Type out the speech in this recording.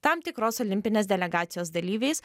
tam tikros olimpinės delegacijos dalyviais